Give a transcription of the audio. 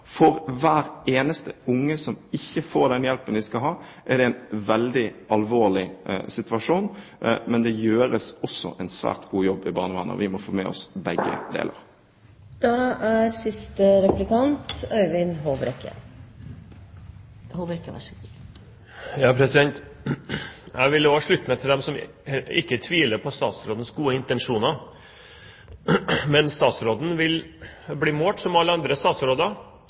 For hvert eneste barn som ikke får den hjelpen det skal ha, er det en veldig alvorlig situasjon. Men det gjøres også en svært god jobb i barnevernet, og vi må få med oss begge deler. Jeg vil også slutte meg til dem som ikke tviler på statsrådens gode intensjoner. Men statsråden vil bli målt, som alle andre statsråder,